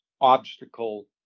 obstacle